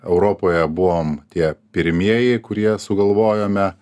europoje buvom tie pirmieji kurie sugalvojome